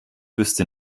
wüsste